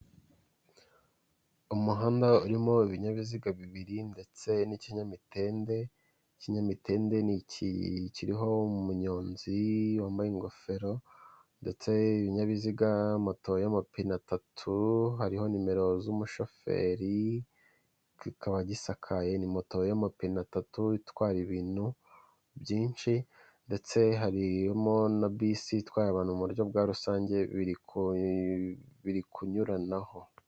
Umuhanda urimo ibinyabiziga bibiri ndetse n'ikinyamitende, ikinyamitende ni iki kiriho umunyonzi wambaye ingofero, ndetse ibinyabiziga, moto y'amapine atatu hariho nimero z'umushoferi, kikaba gisakaye. Ni moto y'amapine atatu itwara ibintu byinshi, ndetse harimo na bisi itwara abantu mu buryo bwa rusange, biri kunyuranaho.